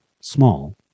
small